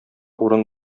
урын